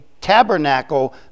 tabernacle